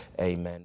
amen